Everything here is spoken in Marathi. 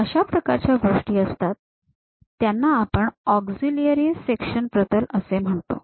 तर अशा प्रकारच्या गोष्टी असतात त्यांना आपण ऑक्सिलिअरी सेक्शन प्रतल असे म्हणतो